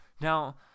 Now